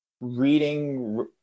reading